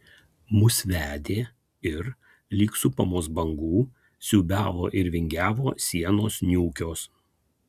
mus vedė ir lyg supamos bangų siūbavo ir vingiavo sienos niūkios